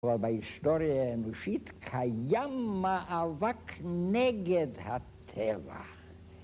אבל בהיסטוריה האנושית קיים מאבק נגד הטבע.